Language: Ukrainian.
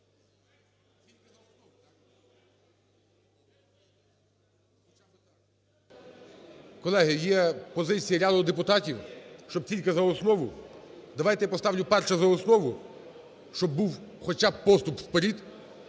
Колеги, є позиція ряду депутатів, щоб тільки за основу. Давайте я поставлю, перше, за основу, щоб був хоча б поступ вперед,